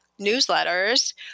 newsletters